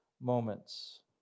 moments